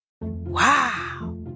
Wow